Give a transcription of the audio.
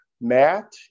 Matt